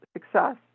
success